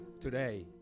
today